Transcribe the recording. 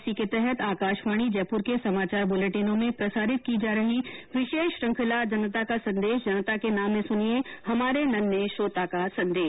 इसी के तहत आकाशवाणी जयपुर के समाचार बुलेटिनों में प्रसारित की जा रही विशेष श्रृखंला जनता का संदेश जनता के नाम में सुनिये हमारे नन्हें श्रोता का संदेश